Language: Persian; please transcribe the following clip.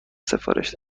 سفارش